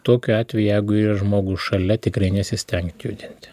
tokiu atveju jeigu yra žmogus šalia tikrai nesistengti judinti